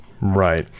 Right